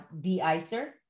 de-icer